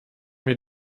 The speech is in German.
mir